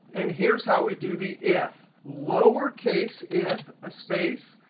and here's how we do the if. lower case if, a space,